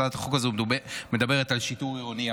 הצעת החוק הזו מדברת על שיטור עירוני.